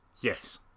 Yes